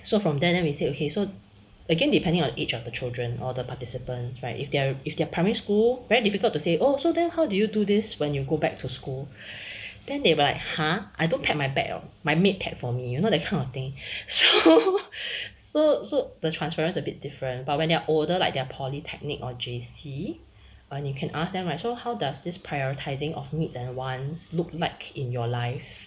so from there then we say okay so again depending on age of the children or the participant right if there if they are primary school very difficult to say also then how did you do this when you go back to school then they like !huh! I don't pack my back my maid pack for me you know that kind of thing so so the transference a bit different but when they're older like their polytechnic or J_C on you can ask them like so how does this prioritising of needs and wants look like in your life